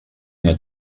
una